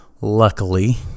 Luckily